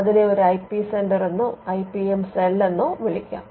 അതിനെ ഒരു I P centre എന്നോ ഐ പി എം സെൽ എന്നോ വിളിക്കാം